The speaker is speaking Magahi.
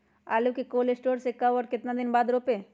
आलु को कोल शटोर से ले के कब और कितना दिन बाद रोपे?